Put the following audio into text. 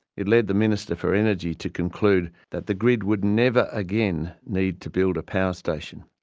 it led the minister for energy to conclude that the grid would never again need to build a power station.